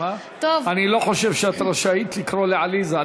אני לא חושב שאת רשאית לקרוא לעליזה.